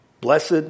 Blessed